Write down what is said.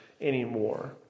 anymore